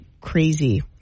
crazy